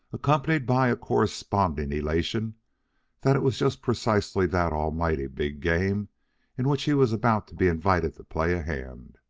accompanied by a corresponding elation that it was just precisely that almighty big game in which he was about to be invited to play a hand.